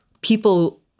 people